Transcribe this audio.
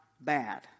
bad